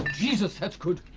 jesus, that's good.